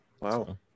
Wow